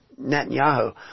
Netanyahu